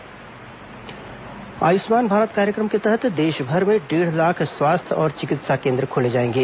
आयुष्मान भारत कार्यक्रम आयुष्मान भारत कार्यक्रम के तहत देशभर में डेढ़ लाख स्वास्थ्य और चिकित्सा केन्द्र खोले जाएंगे